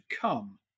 come